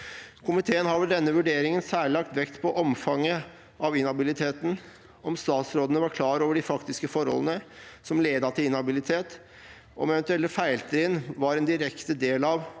«Komiteen har ved denne vurderingen særlig lagt vekt på omfanget av inhabiliteten, om statsrådene var klar over de faktiske forholdene som ledet til inhabilitet, (…) om eventuelle feiltrinn var en direkte del av